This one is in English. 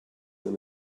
and